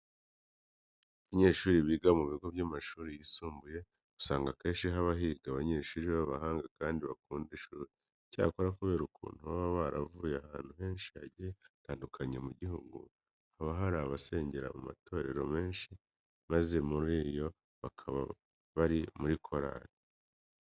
Abanyeshuri biga mu bigo by'amashuri yisumbuye, usanga akenshi haba higa abanyeshuri b'abahanga kandi bakunda ishuri. Icyakora kubera ukuntu baba baravuye ahantu henshi hagiye hatandukanye mu gihugu, haba hari abasengera mu matorero menshi maze muri yo bakaba bari muri korari.